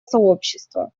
сообщества